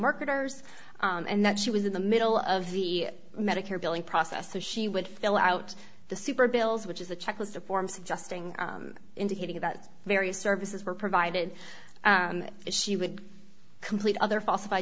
marketers and that she was in the middle of the medicare billing process so she would fill out the super bills which is a checklist of forms adjusting indicating about various services were provided she would complete other falsif